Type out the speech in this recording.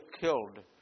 killed